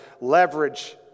leverage